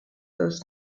those